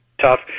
tough